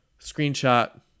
screenshot